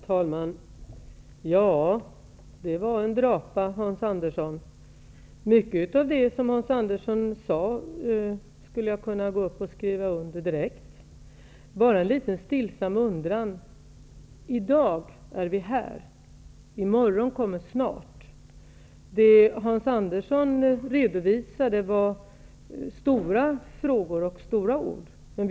Herr talman! Det var en drapa, Hans Andersson. Mycket av det som Hans Andersson sade skulle jag kunna skriva under direkt. Jag har bara en stillsam undran. I dag är vi här, i morgon kommer snart. Hans Andersson redovisade stora frågor och stora ord.